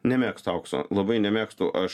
nemėgstu aukso labai nemėgstu aš